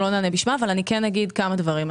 בשמה, אבל אני כן אגיד כמה דברים.